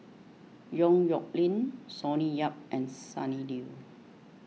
Yong Nyuk Lin Sonny Yap and Sonny Liew